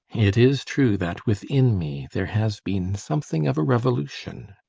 it is true that within me there has been something of a revolution.